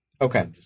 Okay